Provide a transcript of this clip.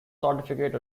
certificate